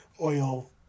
oil